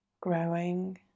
growing